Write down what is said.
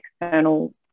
external